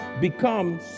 become